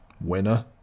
Winner